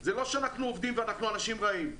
זה לא שאנחנו עובדים ואנחנו אנשים רעים,